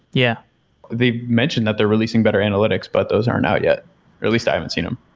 yeah they've mentioned that they're releasing better analytics, but those aren't out yet, or at least i haven't seen them.